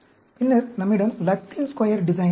பின்னர் நம்மிடம் Latin square design உள்ளது